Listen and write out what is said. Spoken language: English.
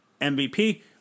MVP